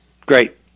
Great